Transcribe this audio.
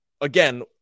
again